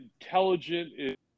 intelligent